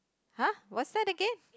!huh! what's that again